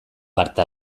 parte